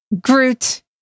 Groot